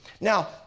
Now